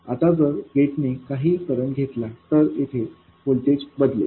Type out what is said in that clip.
आता जर गेटने काही करंट घेतला तर येथे व्होल्टेज बदलेल